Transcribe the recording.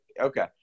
okay